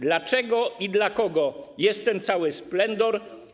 Dlaczego i dla kogo jest ten cały splendor?